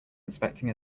inspecting